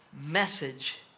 message